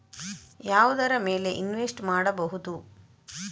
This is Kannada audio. ಯಾವುದರ ಮೇಲೆ ಇನ್ವೆಸ್ಟ್ ಮಾಡಬಹುದು?